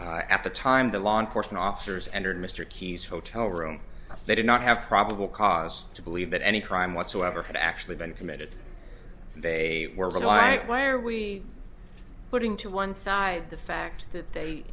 issue at the time the law enforcement officers entered mr keyes hotel room they did not have probable cause to believe that any crime whatsoever had actually been committed they were as i write why are we putting to one side the fact that they